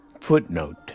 footnote